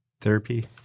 therapy